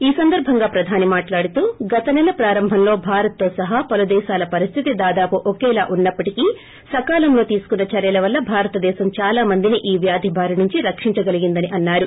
ఈ సందర్బంగా ప్రదాని మాట్లాడుతూ గత నెల ప్రారంభంలో భారత్తో సహా పలు దేశాల పరిస్థితి దాదాపు ఒకేలా ఉన్నప్పటికీ సకాలంలో తీసుకున్న చర్యల వల్ల భారతదేశం చాలా మందిని ఈ వ్యాధి బారి నుంచి రక్షించగలిగిందని అన్నారు